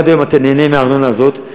עד היום אתה נהנה מהארנונה הזאת,